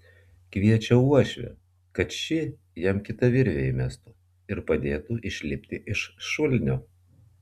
kviečia uošvę kad ši jam kitą virvę įmestų ir padėtų išlipti iš šulinio